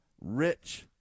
rich